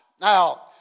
Now